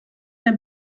der